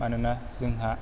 मानोना जोंहा